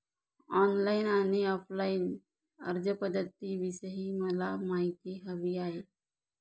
online आणि offline अर्जपध्दतींविषयी मला माहिती हवी आहे